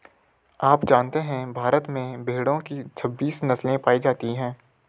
आप जानते है भारत में भेड़ो की छब्बीस नस्ले पायी जाती है